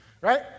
right